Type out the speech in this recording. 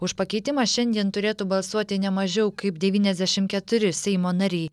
už pakeitimą šiandien turėtų balsuoti ne mažiau kaip devyniasdešim keturi seimo nariai